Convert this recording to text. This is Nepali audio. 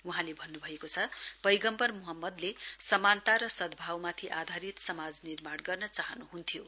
वहाँले भन्नुभएको छ पैगम्वर मोहम्मदले समानता र सद्धावनमाथि आधारित समाज निर्माण गर्न चाहनुहुन्थ्यो